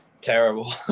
Terrible